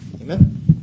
Amen